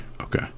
Okay